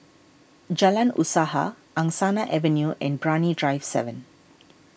Jalan Usaha Angsana Avenue and Brani Drive seven